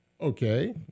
Okay